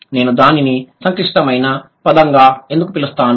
నేను దానిని సంక్లిష్టమైన పదంగా ఎందుకు పిలుస్తాను